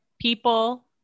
People